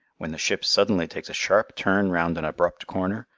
when the ship suddenly takes a sharp turn round an abrupt corner,